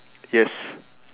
yes